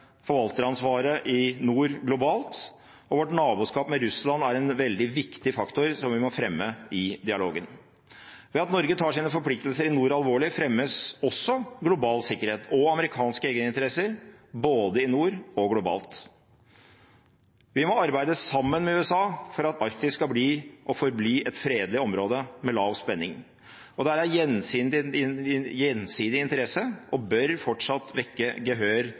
forvalteransvaret i nord globalt, og vårt naboskap med Russland er en veldig viktig faktor som vi må fremme i dialogen. Ved at Norge tar sine forpliktelser i nord alvorlig, fremmes også global sikkerhet og amerikanske egeninteresser, både i nord og globalt. Vi må arbeide sammen med USA for at Arktis skal bli og forbli et fredelig område med lav spenning. Det er av gjensidig interesse og bør fortsatt vekke gehør